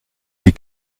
die